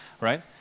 Right